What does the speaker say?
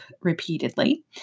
repeatedly